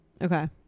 Okay